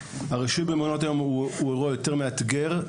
הרשות למעונות היום הוא יותר מאתגר,